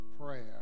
prayer